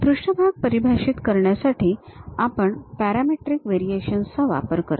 पृष्ठभाग परिभाषित करण्यासाठी आपण पॅरामेट्रिक व्हेरिएशन्स चा वापर करतो